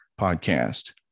podcast